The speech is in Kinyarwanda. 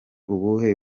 ubuhe